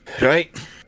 Right